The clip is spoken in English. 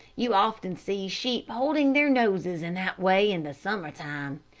you often see sheep holding their noses in that way in the summer time.